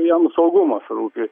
jam saugumas rūpi